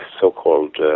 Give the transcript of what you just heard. so-called